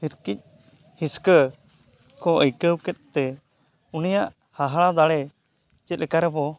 ᱦᱤᱨᱠᱤᱡ ᱦᱤᱥᱠᱟᱹ ᱠᱚ ᱟᱹᱭᱠᱟᱹᱣ ᱠᱮᱫ ᱛᱮ ᱩᱱᱤᱭᱟᱜ ᱦᱟᱦᱟᱲᱟᱜ ᱫᱟᱲᱮ ᱪᱮᱫ ᱞᱮᱠᱟ ᱨᱮᱵᱚ